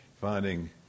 finding